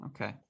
Okay